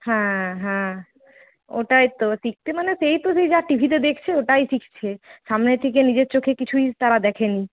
হ্যাঁ হ্যাঁ ওটাই তো শিখছে মানে সেই তো ওই যা টিভিতে দেখছে ওটাই শিখছে সামনে থেকে নিজের চোখে কিছুই তারা দেখেনি